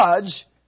judge